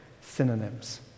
synonyms